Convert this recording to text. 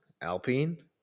Alpine